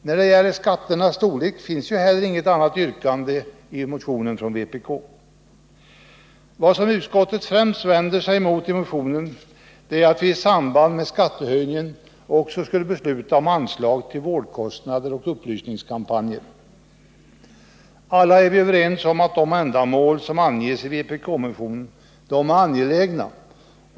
När det gäller skatternas storlek finns det ju inte heller något annat yrkande i motionen från vpk. Vad utskottet främst vänder sig emot i motionen är att vi i samband med skattehöjningen också skulle besluta om anslag till vårdkostnader och upplysningskampanjer. Alla är vi överens om att de ändamål som anges i vpk-motionen är angelägna.